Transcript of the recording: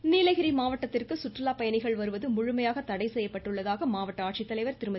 நீலகிரி நீலகிரி மாவட்டத்திற்கு சுற்றுலா பயணிகள் வருவது முழுமையாக தடை செய்யப்பட்டுள்ளதாக மாவட்ட ஆட்சித்தலைவர் திருமதி